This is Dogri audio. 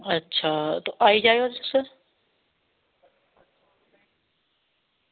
अच्छा ते आई जायो तुस